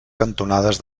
cantonades